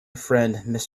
friend